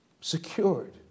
secured